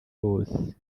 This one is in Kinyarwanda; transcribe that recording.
wose